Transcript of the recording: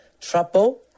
trouble